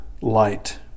light